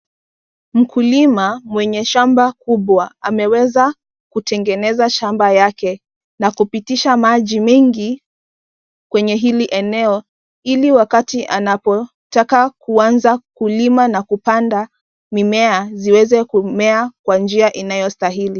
Mkulima mwenye shamba kubwa ameweza kutengeneza shamba yake na kupitisha maji mengi kwenye hili eneo ili wakati anapotaka kuanza kulima na kupanda mimea ziweze kumea kwa njia inayostahili.